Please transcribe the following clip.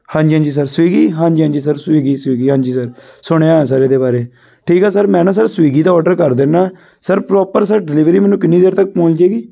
ਹਾਂਜੀ ਹਾਂਜੀ ਸਰ ਸਵੀਗੀ ਹਾਂਜੀ ਹਾਂਜੀ ਸਰ ਸਵੀਗੀ ਸਵੀਗੀ ਹਾਂਜੀ ਸਰ ਸੁਣਿਆ ਆ ਸਰ ਇਹਦੇ ਬਾਰੇ ਠੀਕ ਹੈ ਸਰ ਮੈਂ ਨਾ ਸਰ ਸਵੀਗੀ ਦਾ ਔਡਰ ਕਰ ਦਿੰਦਾ ਸਰ ਪ੍ਰੋਪਰ ਸਰ ਡਿਲੀਵਰੀ ਮੈਨੂੰ ਕਿੰਨੀ ਦੇਰ ਤੱਕ ਪਹੁੰਚ ਜਾਵੇਗੀ